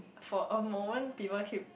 for a moment Diva keep